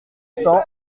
cents